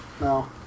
No